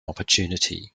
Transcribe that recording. opportunity